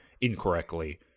incorrectly